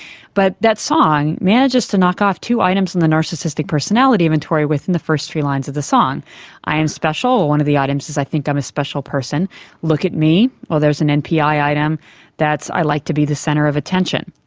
but that song manages to knock off two items in the narcissistic personality inventory within the first three lines of the song i am special, well, one of the items is i think i'm a special person look at me', well, there's an npi item that's i like to be the centre of attention.